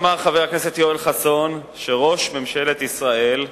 אמר חבר הכנסת יואל חסון שראש ממשלת ישראל פוחד.